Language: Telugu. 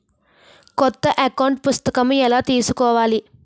కొత్త అకౌంట్ పుస్తకము ఎలా తీసుకోవాలి?